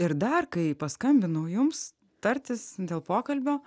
ir dar kai paskambinau jums tartis dėl pokalbio